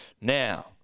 Now